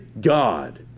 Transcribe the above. God